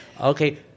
Okay